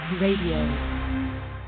radio